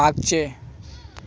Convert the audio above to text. पाचशे